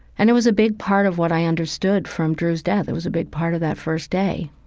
and it was a big part of what i understood from drew's death. it was a big part of that first day,